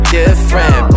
different